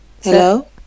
Hello